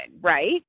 right